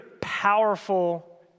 powerful